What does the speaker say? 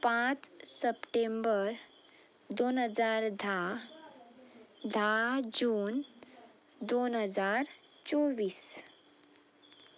पांच सप्टेंबर दोन हजार धा धा जून दोन हजार चोव्वीस